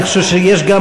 אני חושב שיש,